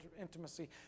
intimacy